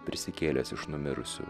prisikėlęs iš numirusių